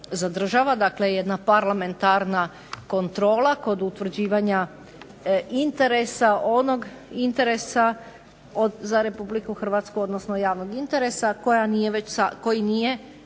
Dakle, jedna parlamentarna kontrola kod utvrđivanja interesa, onog interesa za Republiku Hrvatsku, odnosno javnog interesa koji nije